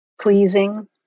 pleasing